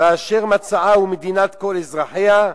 ואשר מצעה הוא מדינת כל אזרחיה,